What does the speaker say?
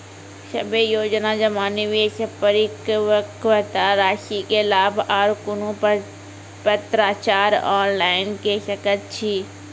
सभे योजना जमा, निवेश, परिपक्वता रासि के लाभ आर कुनू पत्राचार ऑनलाइन के सकैत छी?